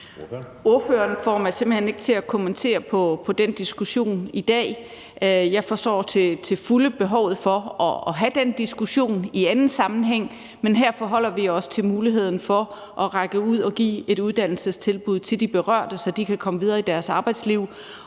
Ordføreren får mig simpelt hen ikke til at kommentere på den diskussion i dag. Jeg forstår til fulde behovet for at have den diskussion i anden sammenhæng, men her forholder vi os til muligheden for at række ud og give et uddannelsestilbud til de berørte, så de kan komme videre i deres arbejdsliv,